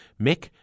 Mick